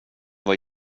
vara